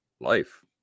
Life